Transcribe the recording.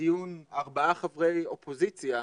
לדיון ארבעה חברי אופוזיציה,